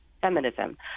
feminism